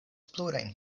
plurajn